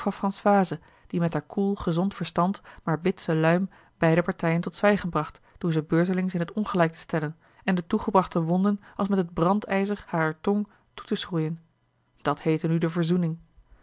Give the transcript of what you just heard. françoise die met haar koel gezond verstand maar bitse luim beide partijen tot zwijgen bracht door ze beurtelings in t ongelijk te stellen en de toegebrachte wonden als met het brandijzer harer tong toe te schroeien dat heette nu de verzoening